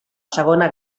segona